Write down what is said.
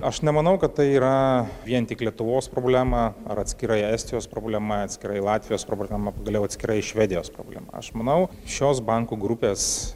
aš nemanau kad tai yra vien tik lietuvos problema ar atskirai estijos problema atskirai latvijos problema pagaliau atskirai švedijos problema aš manau šios bankų grupės